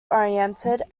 oriented